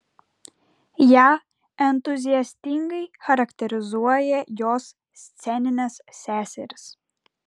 ją entuziastingai charakterizuoja jos sceninės seserys